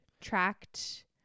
tracked